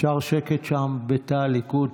אפשר שקט שם, בתא הליכוד?